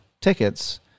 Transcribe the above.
tickets